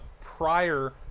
prior